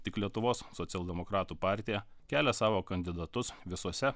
tik lietuvos socialdemokratų partija kelia savo kandidatus visose